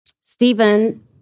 Stephen